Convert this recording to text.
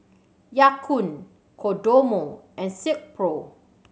Ya Kun Kodomo and Silkpro